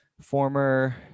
former